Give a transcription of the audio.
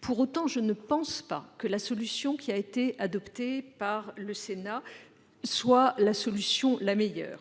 Pour autant, je ne pense pas que la solution retenue par le Sénat soit la meilleure.